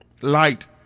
Light